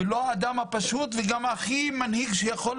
לא האדם ולא המנהיג הכי גדול שיכול